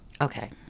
Okay